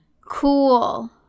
Cool